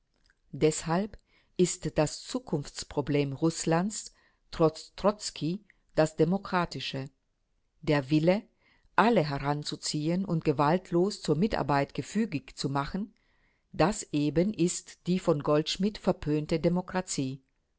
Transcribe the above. deshalb ist das zukunftsproblem rußlands trotz trotzki das demokratische der wille alle heranzuziehen und gewaltlos zur mitarbeit gefügig zu machen das eben ist die von goldschmidt verpönte demokratie